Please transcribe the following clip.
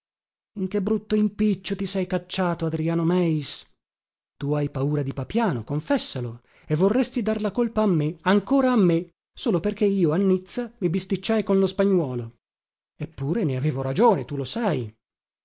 che brutto impiccio ti sei cacciato adriano meis tu hai paura di papiano confessalo e vorresti dar la colpa a me ancora a me solo perché io a nizza mi bisticciai con lo spagnuolo eppure ne avevo ragione tu lo sai